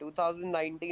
2019